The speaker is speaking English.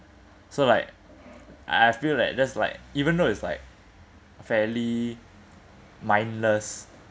so like I I feel that that's like even though is like fairly mindless